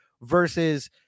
versus